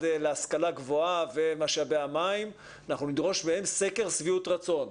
להשכלה גבוהה ומשאבי המים סקר שביעות רצון.